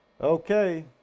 okay